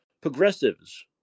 progressives